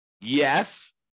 Yes